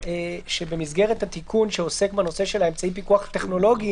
שבמסגרת התיקון שעוסק בנושא של אמצעי הפיקוח הטכנולוגי